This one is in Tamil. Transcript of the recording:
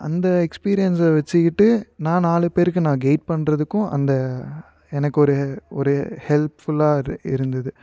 அந்த எக்ஸ்பீரியன்ஸை வச்சிக்கிட்டு நான் நாலு பேருக்கு நான் கைட் பண்ணுறதுக்கும் அந்த எனக்கு ஒரு ஒரு ஹெல்ப்ஃபுல்லாக இரு இருந்தது